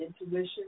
intuition